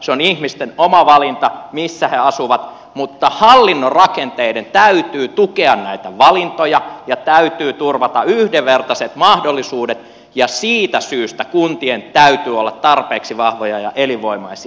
se on ihmisten oma valinta missä he asuvat mutta hallinnon rakenteiden täytyy tukea näitä valintoja ja täytyy turvata yhdenvertaiset mahdollisuudet ja siitä syystä kuntien täytyy olla tarpeeksi vahvoja ja elinvoimaisia